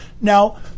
Now